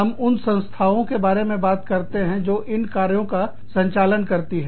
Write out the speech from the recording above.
हम उन संस्थाओं के बारे में बात करते हैं जो इनके कार्यों का संचालन करती है